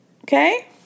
Okay